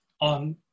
on